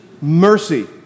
mercy